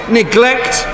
neglect